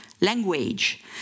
language